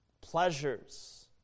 pleasures